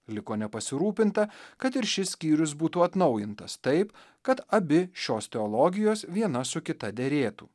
liko nepasirūpinta kad ir šis skyrius būtų atnaujintas taip kad abi šios teologijos viena su kita derėtų